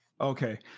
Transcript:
Okay